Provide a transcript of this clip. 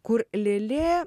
kur lėlė